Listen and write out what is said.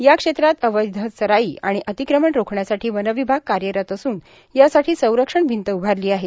या क्षेत्रात अवैध चराई आणि अतिक्रमण रोखण्यासाठी वनविभाग कार्यरत असून यासाठी संरक्षण भिंत उभारली आहे